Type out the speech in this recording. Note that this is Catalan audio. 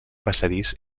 passadís